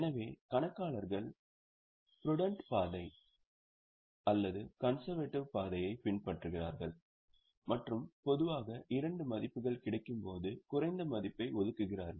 எனவே கணக்காளர்கள் ப்ரூடென்ட் பாதை அல்லது கன்செர்வேட்டிவ் பாதையை பின்பற்றுகிறார்கள் மற்றும் பொதுவாக இரண்டு மதிப்புகள் கிடைக்கும்போது குறைந்த மதிப்பை ஒதுக்குகிறார்கள்